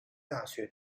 大学